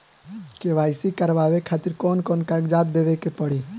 KYC करवावे खातिर कौन कौन कागजात देवे के पड़ी?